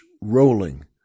rolling